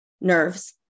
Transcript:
Nerves